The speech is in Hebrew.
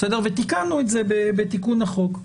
ותיקנו את זה בתיקון החוק.